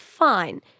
Fine